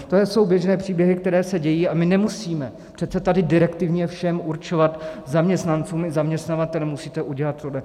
To jsou běžné příběhy, které se dějí, a my nemusíme přece tady direktivně všem určovat, zaměstnancům i zaměstnavatelům: Musíte udělat tohle.